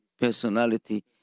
personality